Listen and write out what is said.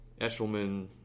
Eshelman